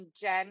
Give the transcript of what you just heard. Jen